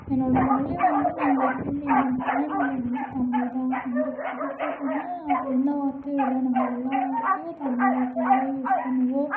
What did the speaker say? என்னோட மொழி வந்து நாங்கள் எப்பையுமே எங்கள் தாய்மொழி வந்து தமிழ் தான் எங்களுக்கு பிடிச்சதுனா அது என்ன வார்த்தையோ இல்லை நாங்கள் எல்லா வார்த்தையும் தமிழ் வார்த்தையாக தான் யூஸ் பண்ணுவோம்